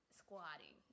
squatting